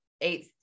eight